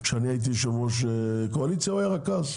כשאני הייתי יושב ראש קואליציה הוא היה רכז,